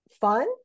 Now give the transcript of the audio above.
fun